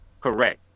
correct